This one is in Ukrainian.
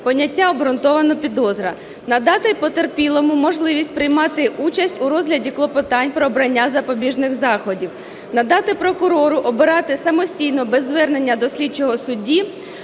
поняття "обґрунтована підозра"; надати потерпілому можливість приймати участь у розгляді клопотань про обрання запобіжних заходів; надати прокурору обирати самостійно, без звернення до слідчого судді